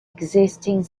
existing